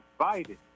invited